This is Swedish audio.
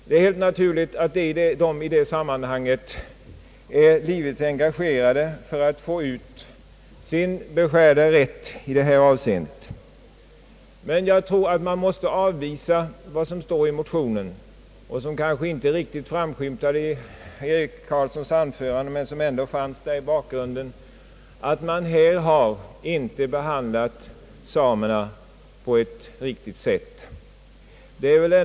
Det är helt naturligt att de i det sammanhanget är livligt engagerade för att bevaka sin rätt. Men jag tror att man måste avvisa vad som står i motionen, vilket kanske inte riktigt framskymtade i herr Eric Carlssons anförande men som ändå fanns där i bakgrunden, nämligen att man här inte har behandlat samerna på ett riktigt sätt.